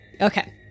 Okay